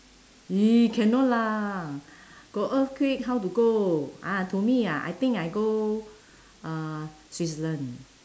!ee! cannot lah got earthquake how to go ah to me ah I think I go uh switzerland